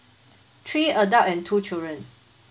three adult and two children